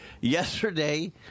Yesterday